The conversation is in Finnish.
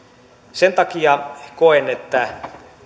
sen takia koen että